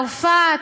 צרפת,